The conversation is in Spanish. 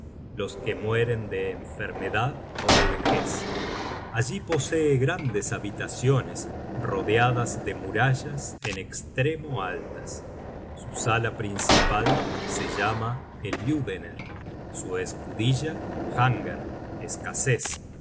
los que mueren de enfermedad ó de vejez allí posee grandes habitaciones rodeadas de murallas en estremo altas su sala principal se llama eliudener su escudilla hunger